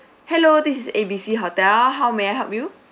hello this is A B C hotel how may I help you